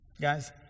Guys